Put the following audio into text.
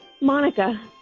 Monica